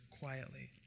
quietly